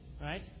Right